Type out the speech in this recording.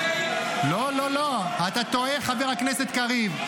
לא, לא, לא, אתה טועה, חבר הכנסת קריב.